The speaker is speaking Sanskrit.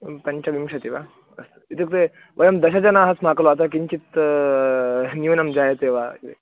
पञ्चविंशतिः वा अस्तु इत्युक्ते वयं दशजनाः स्मः अतः किञ्चित् न्यूनं जायते वा इति